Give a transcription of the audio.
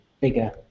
bigger